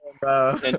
bro